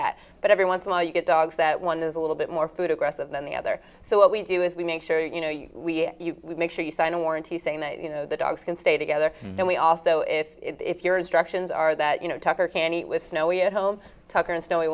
that but every once in awhile you get dogs that one is a little bit more food aggressive than the other so what we do is we make sure you know you make sure you sign a warranty saying that the dogs can stay together and we also if your instructions are that you know tucker can eat with snowy at home tucker and